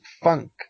Funk